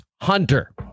Hunter